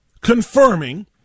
confirming